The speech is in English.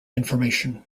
information